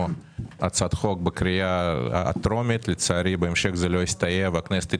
הצעת חוק בקריאה טרומית אך לצערי בהמשך זה לא הסתייע והכנסת התפזרה,